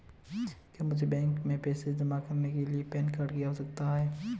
क्या मुझे बैंक में पैसा जमा करने के लिए पैन कार्ड की आवश्यकता है?